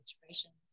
situations